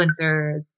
influencers